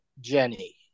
Jenny